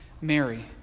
Mary